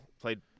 played